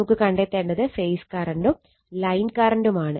നമുക്ക് കണ്ടെത്തേണ്ടത് ഫേസ് കറണ്ടും ലൈൻ കറണ്ടുമാണ്